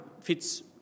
fits